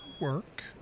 work